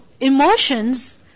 emotions